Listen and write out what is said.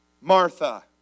Martha